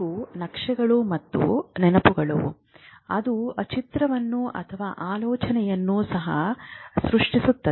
ಇವು ನಕ್ಷೆಗಳು ಮತ್ತು ನೆನಪುಗಳು ಅದು ಚಿತ್ರವನ್ನು ಅಥವಾ ಆಲೋಚನೆಯನ್ನು ಸಹ ಸೃಷ್ಟಿಸುತ್ತದೆ